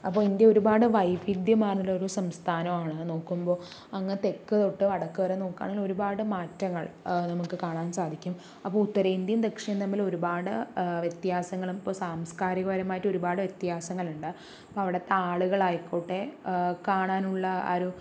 അപ്പോൾ ഇന്ത്യ ഒരുപാട് വൈവിധ്യമാർന്നിട്ടുള്ള ഒരു സംസ്ഥാനമാണ് നോക്കുമ്പോൾ അങ്ങ് തെക്ക് തൊട്ട് വടക്ക് വരെ നോക്കുകയാണെങ്കിൽ ഒരുപാട് മാറ്റങ്ങൾ നമുക്ക് കാണാൻ സാധിക്കും അപ്പോൾ ഉത്തരേന്ത്യ ദക്ഷിണം തമ്മിൽ ഒരുപാട് വ്യത്യാസങ്ങളും ഇപ്പോൾ സാംസ്കാരിക പരമായിട്ട് ഒരുപാട് വ്യത്യാസങ്ങളുണ്ട് അപ്പോൾ അവിടുത്തെ ആളുകളായിക്കോട്ടെ കാണാനുള്ള ആരും